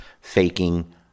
faking